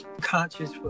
conscious